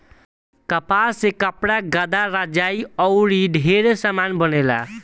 कपास से कपड़ा, गद्दा, रजाई आउर ढेरे समान बनेला